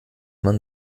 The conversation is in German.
man